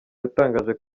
yatangaje